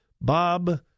Bob